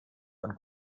von